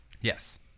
Yes